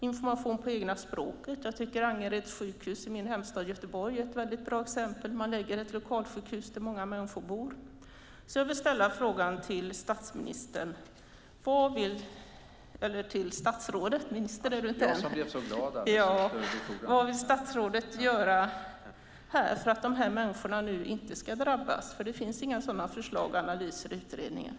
Information på egna språket är ett sätt. Jag tycker att Angereds sjukhus i min hemstad Göteborg är ett väldigt bra exempel. Man lägger ett lokalsjukhus där många människor bor. Jag vill ställa frågan till statsrådet: Vad vill statsrådet göra för att dessa människor inte ska drabbas? Det finns inga sådana förslag, analyser och utredningar.